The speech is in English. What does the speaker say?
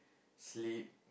sleep